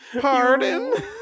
pardon